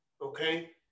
okay